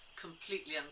completely